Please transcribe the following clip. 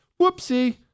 whoopsie